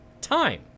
time